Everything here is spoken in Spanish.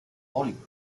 oliver